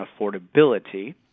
affordability